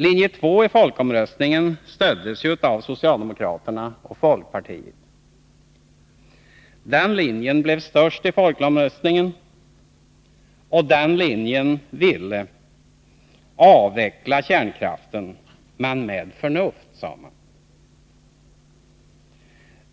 Linje 2 i folkomröstningen stöddes ju av socialdemokraterna och folkpartiet. Den linjen blev störst i folkomröstningen, och de som representerade den ville, som man sade, ”Avveckla kärnkraften — men med förnuft”.